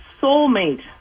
soulmate